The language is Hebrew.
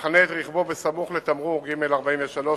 המחנה את רכבו בסמוך לתמרור ג-43,